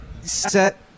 set